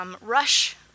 rush